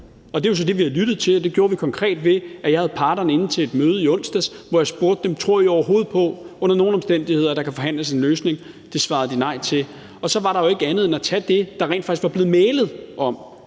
det gjorde vi konkret ved, at jeg havde parterne inde til et møde i onsdags, hvor jeg spurgte dem: Tror I overhovedet på under nogen omstændigheder, at der kan forhandles en løsning? Det svarede de nej til, og så var der jo ikke andet at gøre end at tage det, der rent faktisk var blevet mæglet om,